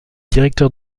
directeur